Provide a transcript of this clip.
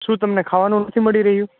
શુ ખાવાનું નથી મળી રહ્યું